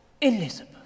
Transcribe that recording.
Elizabeth